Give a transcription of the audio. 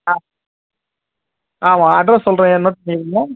ஆ ஆமாம் அட்ரஸ் சொல்கிறேன் நோட் பண்ணிக்கிறீங்களா